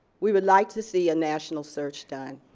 we would like to see a national search done.